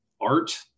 art